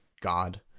god